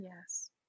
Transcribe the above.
Yes